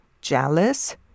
jealous